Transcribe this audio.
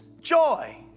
joy